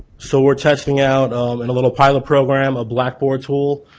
so we're testing out in a little pilot program a blackboard tool,